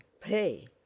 pray